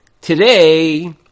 Today